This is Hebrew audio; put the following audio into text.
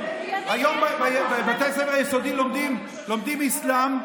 היום בבתי הספר היסודיים לומדים אסלאם,